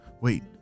Wait